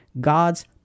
God's